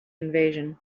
invasion